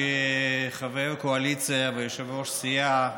חבר קואליציה ויושב-ראש סיעה,